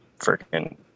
freaking